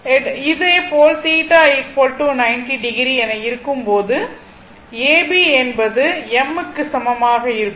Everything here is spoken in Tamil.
இதேபோல் θ 90o என இருக்கும்போது A B என்பது m க்கு சமமாக இருக்கும்